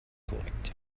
korrekt